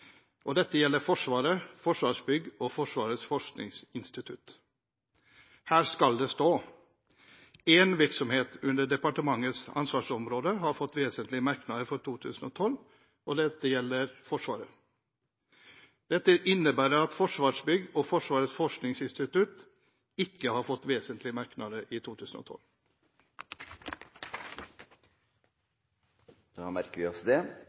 og dette gjelder Forsvaret, Forsvarsbygg og Forsvarets forskningsinstitutt.» Her skal det stå: Én virksomhet under departementets ansvarsområde har fått vesentlige merknader for 2012, og dette gjelder Forsvaret. Dette innebærer at Forsvarsbygg og Forsvarets forskningsinstitutt ikke har fått vesentlige merknader i 2012. Da merker vi oss det.